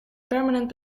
permanent